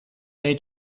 nei